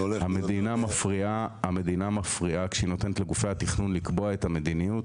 המדינה מפריעה כשהיא נותנת לגופי התכנון לקבוע את המדיניות.